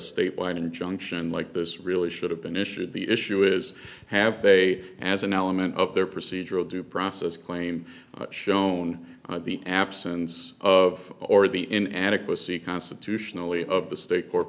statewide injunction like this really should have been issued the issue is have they as an element of their procedural due process claim shown the absence of or the in adequacy constitutionally of the state court